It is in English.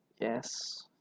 Yes